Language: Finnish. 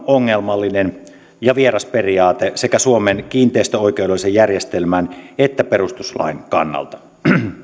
ongelmallinen ja vieras periaate sekä suomen kiinteistöoikeudellisen järjestelmän että perustuslain kannalta